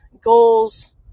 goals